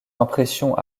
impression